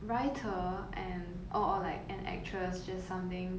writer and or or like an actress just something